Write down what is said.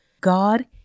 God